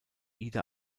ida